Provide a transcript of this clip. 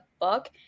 book